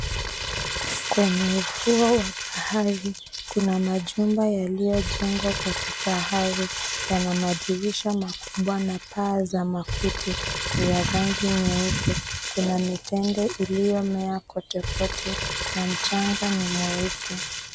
Kwenye ufuo wa bahari, kuna majumba yaliyojengwa kwa kifahari. Yana madirisha makubwa na paa za makuti. Ni ya rangi nyeupe. Kuna mitende iliyomea kote kote na mchanga ni mweupe.